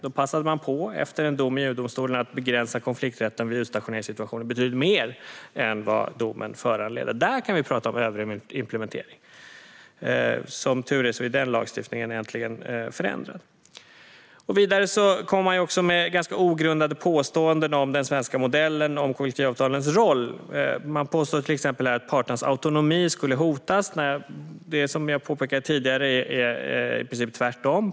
Då passade man på efter en dom i EU-domstolen att begränsa konflikträtten vid utstationeringssituationer betydligt mer än vad domen föranledde. Där kan vi tala om överimplementering. Den lagstiftningen är som tur är äntligen förändrad. Vidare kom man med ganska ogrundade påståenden om den svenska modellen och kollektivavtalens roll. Man påstår till exempel att parternas autonomi skulle hotas när det som jag påpekade tidigare i princip är tvärtom.